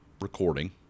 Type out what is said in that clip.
recording